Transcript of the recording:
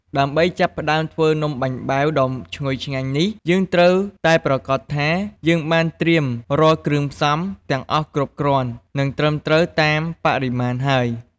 ដើម្បីចាប់ផ្តើមធ្វើនំបាញ់បែវដ៏ឈ្ងុយឆ្ងាញ់នេះ យើងត្រូវតែប្រាកដថា យើងបានត្រៀមរាល់គ្រឿងផ្សំ ទាំងអស់គ្រប់គ្រាន់ និងត្រឹមត្រូវតាមបរិមាណហើយ។